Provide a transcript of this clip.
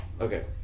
Okay